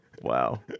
Wow